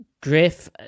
Griff